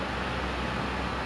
mak cik tak trend ah